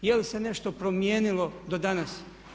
Je li se nešto promijenilo do danas?